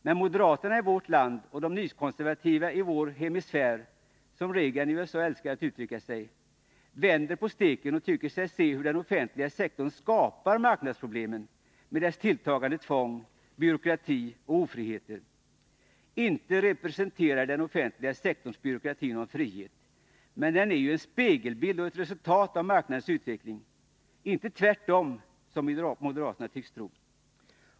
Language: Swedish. Men moderaterna i vårt land och de nykonservativa i ”vår hemisfär”, som Reagan i USA älskar att uttrycka sig, vänder på steken och tycker sig se hur den offentliga sektorn skapar marknadsproblemen med dess tilltagande tvång, byråkrati och ofrihet. Inte representerar den offentliga sektorns byråkrati någon frihet. men den är en spegelbild och ett resultat av marknadens utveckling — inte tvärtom, som moderaterna tycks tro!